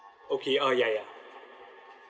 okay oh ya ya